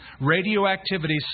radioactivity